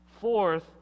Fourth